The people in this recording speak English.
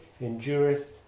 endureth